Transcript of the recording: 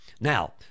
now